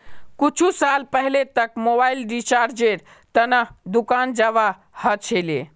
कुछु साल पहले तक मोबाइल रिचार्जेर त न दुकान जाबा ह छिले